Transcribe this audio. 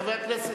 חבר הכנסת,